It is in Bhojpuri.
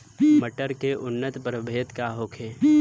मटर के उन्नत प्रभेद का होखे?